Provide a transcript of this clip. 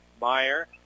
Meyer